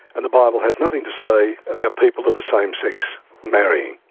and the bible has nothing to say about people of the same sex marrying.